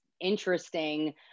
interesting